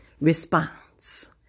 response